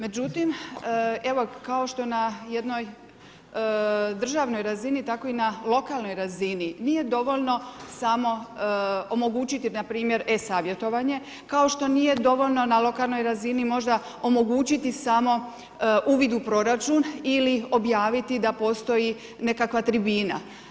Međutim, evo kao što je na jednoj državnoj razini, tako i na lokalnoj razini nije dovoljno samo omogućiti npr. e-savjetovanje, kao što nije dovoljno na lokalnoj razini možda omogućiti samo uvid u proračun ili objaviti da postoji nekakva tribina.